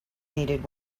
needed